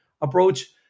approach